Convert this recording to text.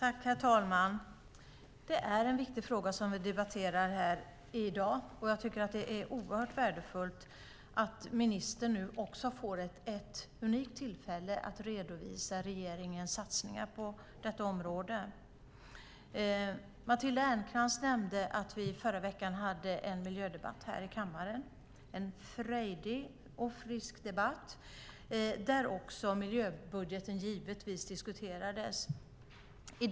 Herr talman! Det är en viktig fråga som vi debatterar här i dag. Det är oerhört värdefullt att ministern nu får ett unikt tillfälle att redovisa regeringens satsningar på detta område. Matilda Ernkrans nämnde att vi förra veckan hade en miljödebatt här i kammaren. Det var en frejdig och frisk debatt där miljöbudgeten givetvis diskuterades.